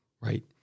right